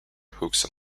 hooks